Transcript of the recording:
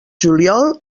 juliol